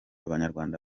abanyarwanda